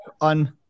on